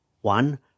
One